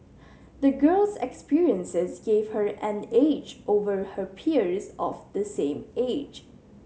the girl's experiences gave her an edge over her peers of the same age